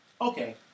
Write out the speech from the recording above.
okay